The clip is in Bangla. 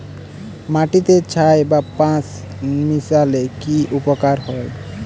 মাটিতে ছাই বা পাঁশ মিশালে কি উপকার হয়?